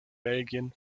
belgien